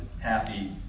happy